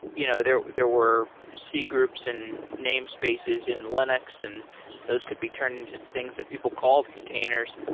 you know there there were c-groups and namespaces in linux, and those could be turned into things that people called containers.